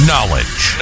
Knowledge